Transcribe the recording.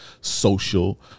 social